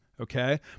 okay